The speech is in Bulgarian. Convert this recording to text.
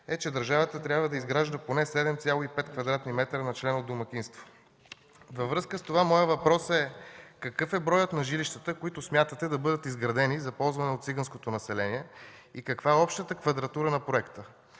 е, че държавата трябва да изгражда поне 7,5 квадратни метра на член от домакинство. Във връзка с това моят въпрос е: какъв е броят на жилищата, които смятате да бъдат изградени за ползване от циганското население, и каква е общата квадратура на проекта?